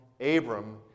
Abram